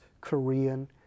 korean